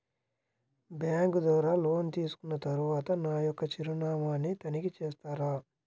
Bank ద్వారా loan తీసుకున్న తరువాత నా యొక్క చిరునామాని తనిఖీ చేస్తారా?